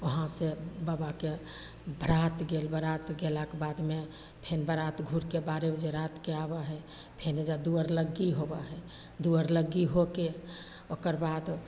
वहाँसे बाबाके बरात गेल बरात गेलाके बादमे फेन बरात घुरिके बारह बजे रातिके आबै हइ फेर एहिजाँ दुअरलग्गी होबै हइ दुअरलग्गी होके ओकर बाद